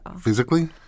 Physically